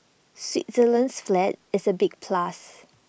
Switzerland's flag is A big plus